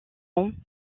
ans